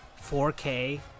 4k